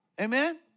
Amen